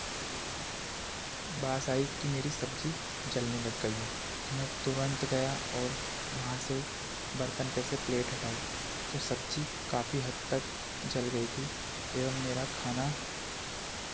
बास आइ की मेरी सब्ज़ी जलने लग गई है तो मैं तुरंत गया और वहाँ से बर्तन पर से प्लेट हटाई तो सब्ज़ी काफ़ी हद तक जल गई थी एवं मेरा खाना